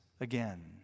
again